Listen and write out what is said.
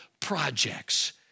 projects